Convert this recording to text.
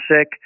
sick